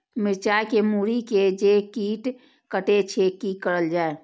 मिरचाय के मुरी के जे कीट कटे छे की करल जाय?